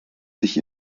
sich